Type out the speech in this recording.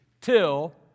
till